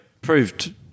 proved